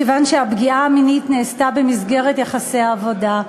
מכיוון שהפגיעה המינית נעשתה במסגרת יחסי העבודה,